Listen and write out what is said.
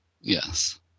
Yes